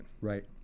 Right